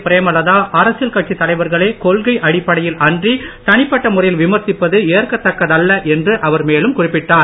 பிரேமலதா அரசியல் கட்சித் தலைவர்களை கொள்கை அடிப்படையில் அன்றி தனிப்பட்ட முறையில் விமர்சிப்பது ஏற்கத்தக்கதல்ல என்று அவர் மேலும் குறிப்பிட்டார்